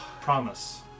Promise